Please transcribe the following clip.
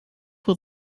will